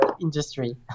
industry